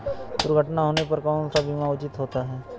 दुर्घटना होने पर कौन सा बीमा उचित होता है?